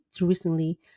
recently